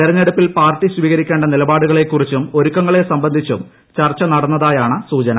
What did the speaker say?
തെരഞ്ഞെടുപ്പിൽ പാർട്ടി സ്വീകരിക്കേ നിലപാടുകളെ കുറിച്ചും ഒരുക്കങ്ങളെ സംബന്ധിച്ചും ചർച്ച നടന്നതായാണ് സൂചന